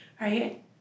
right